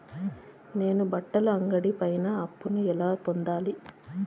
నేను బట్టల అంగడి పైన అప్పును ఎలా పొందాలి?